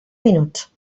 minuts